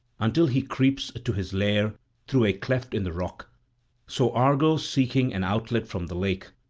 until he creeps to his lair through a cleft in the rock so argo seeking an outlet from the lake,